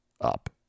up